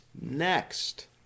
Next